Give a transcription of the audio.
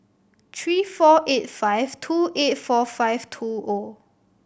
three four eight five two eight four five two O